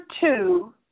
two